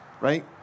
right